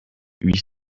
huit